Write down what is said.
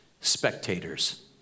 spectators